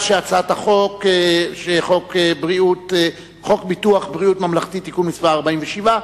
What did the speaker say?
ההצעה להעביר את הצעת חוק ביטוח בריאות ממלכתי (תיקון מס' 47)